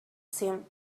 seemed